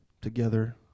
together